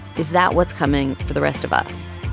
is that what's coming for the rest of us?